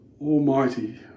Almighty